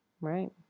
right